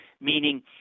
meaning